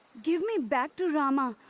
give me back to rama,